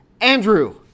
Andrew